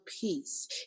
peace